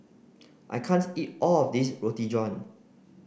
I can't eat all of this Roti John